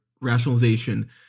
rationalization